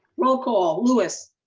roll call. louis.